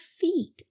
feet